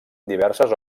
diverses